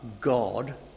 God